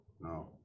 No